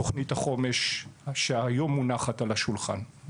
בתוכנית החומש שהיום מונחת על השולחן.